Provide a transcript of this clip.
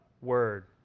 Word